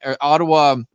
Ottawa